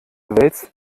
wälzte